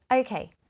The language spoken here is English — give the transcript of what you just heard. Okay